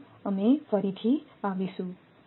આભાર અમે ફરીથી આવીશું